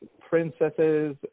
princesses